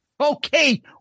Okay